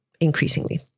increasingly